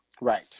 Right